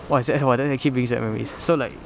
!wah! is that !wah! then the keep brings back memories so like